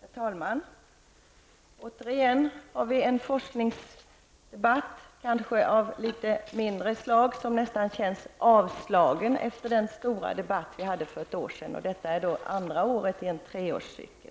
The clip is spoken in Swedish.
Herr talman! Återigen har vi en forskningsdebatt, kanske av litet mindre slag, som nästan känns avslagen efter den stora debatt vi hade för ett år sedan. Detta är andra året i en treårscykel.